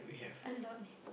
a lot eh